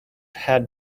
had